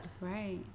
Right